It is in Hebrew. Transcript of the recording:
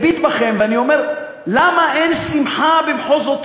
אני מביט בכם ואני אומר: למה אין שמחה במחוזותיכם?